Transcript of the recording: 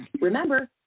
Remember